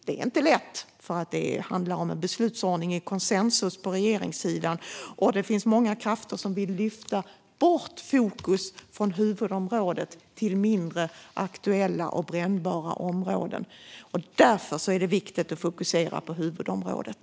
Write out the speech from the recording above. Det är inte lätt, för det handlar om en beslutsordning i konsensus på regeringssidan, och det finns många krafter som vill lyfta bort fokus från huvudområdet till mindre aktuella och brännande områden. Därför är det viktigt att fokusera på huvudområdet.